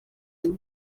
imwe